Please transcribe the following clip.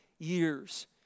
Years